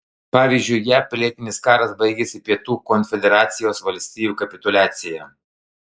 pavyzdžiui jav pilietinis karas baigėsi pietų konfederacijos valstijų kapituliacija